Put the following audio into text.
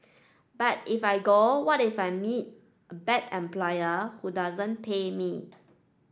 but if I go what if I meet a bad employer who doesn't pay me